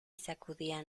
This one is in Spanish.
sacudían